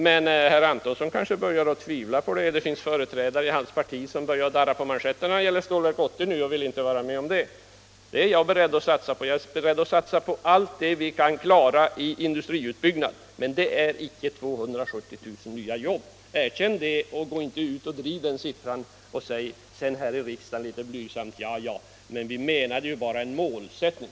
Och herr Antonsson kanske börjar tvivla nu; det finns företrädare för hans parti som darrar på manschetterna när det gäller Stålverk 80 och inte vill vara med om det. Jag är beredd att satsa på det, jag är beredd att satsa på allt det vi kan klara av industriutbyggnad — men det betyder icke 270 000 nya jobb. Erkänn det och gå inte ut och driv propaganda med den siffran för att sedan här i riksdagen säga litet blygsamt: Ja, men det är ju bara en målsättning.